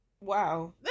Wow